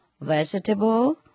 vegetable